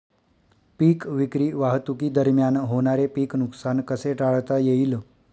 पीक विक्री वाहतुकीदरम्यान होणारे पीक नुकसान कसे टाळता येईल?